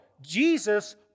Jesus